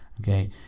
okay